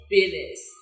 Business